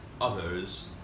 others